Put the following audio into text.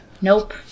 nope